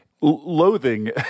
loathing